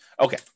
Okay